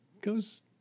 goes